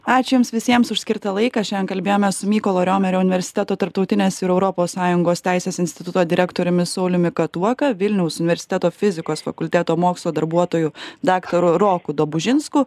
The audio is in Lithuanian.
ačiū jums visiems už skirtą laiką šiandien kalbėjomės su mykolo romerio universiteto tarptautinės ir europos sąjungos teisės instituto direktoriumi sauliumi katuoka vilniaus universiteto fizikos fakulteto mokslo darbuotoju daktaru roku dabužinsku